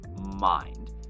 mind